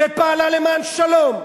ופעלה למען שלום,